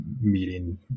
Meeting